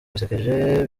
bisekeje